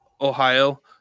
Ohio